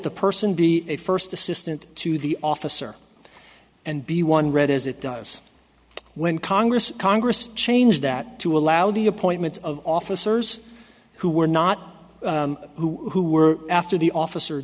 the person be a first assistant to the officer and be one red as it does when congress congress changed that to allow the appointment of officers who were not who were after the officer